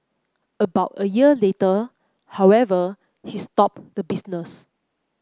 about a year later however he stopped the business